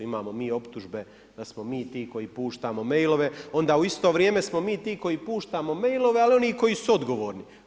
Imamo mi optužbe da smo mi ti koji puštamo mail-ove, onda u isto vrijeme smo mi ti koji puštamo mail-ove, ali oni koji su odgovorni.